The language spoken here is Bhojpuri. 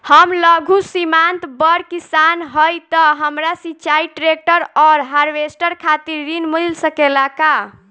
हम लघु सीमांत बड़ किसान हईं त हमरा सिंचाई ट्रेक्टर और हार्वेस्टर खातिर ऋण मिल सकेला का?